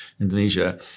Indonesia